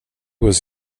was